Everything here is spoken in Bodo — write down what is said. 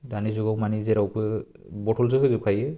दानि जुगाव माने जेरावबो बटलसो होजोबखायो